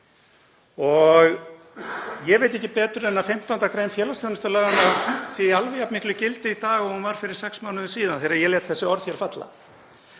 og ég veit ekki betur en að 15. gr. félagsþjónustulaganna sé í alveg jafn miklu gildi í dag og hún var fyrir sex mánuðum síðan þegar ég lét þessi orð falla.